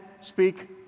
speak